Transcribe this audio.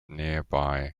nearby